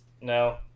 No